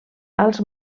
als